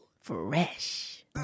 Fresh